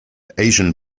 asian